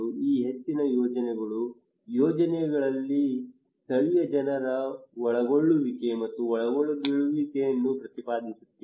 ಈ ಹೆಚ್ಚಿನ ಯೋಜನೆಗಳು ಯೋಜನೆಗಳಲ್ಲಿ ಸ್ಥಳೀಯ ಜನರ ಒಳಗೊಳ್ಳುವಿಕೆ ಮತ್ತು ಒಳಗೊಳ್ಳುವಿಕೆಯನ್ನು ಪ್ರತಿಪಾದಿಸುತ್ತಿವೆ